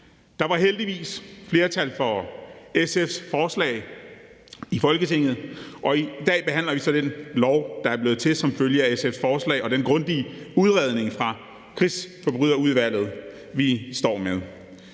Der var heldigvis flertal for SF's forslag i Folketinget, og i dag behandler vi så det lovforslag, der er blevet til som følge af SF's forslag og den grundige udredning fra Krigsforbryderudvalget, vi står med.